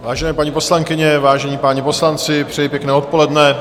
Vážené paní poslankyně, vážení páni poslanci, přeji pěkné odpoledne.